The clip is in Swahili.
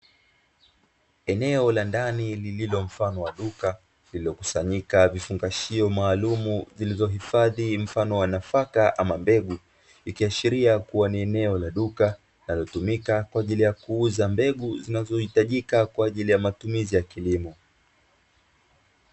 Eneo la ndani lililo mfano wa duka lililokusanyika vifungashio maalumu vilivyohifadhi mfano wa nafaka ama mbegu, ikiashiria kuwa ni eneo la duka linalotumika kwa ajili ya kuuza mbegu zinazohitajika kwa ajili ya matumizi ya kilimo.